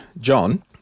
John